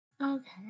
Okay